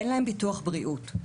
אין להן ביטוח בריאות.